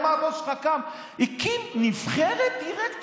למה הבוס שלך כאן הקים נבחרת דירקטורים?